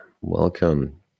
Welcome